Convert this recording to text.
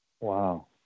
Wow